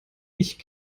nicht